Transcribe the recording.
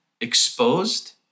exposed